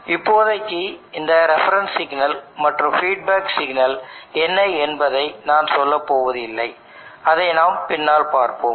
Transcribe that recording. இப்போதைக்கு இந்த reference signal மற்றும் ஃபீட்பேக் சிக்னல் என்ன என்பதை நான் சொல்லப்போவதில்லை அதை நாம் பின்னால் பார்ப்போம்